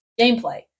gameplay